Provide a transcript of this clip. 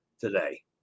today